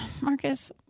Marcus